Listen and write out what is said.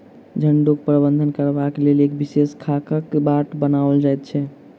झुंडक प्रबंधन करबाक लेल एक विशेष खाकाक बाट बनाओल जाइत छै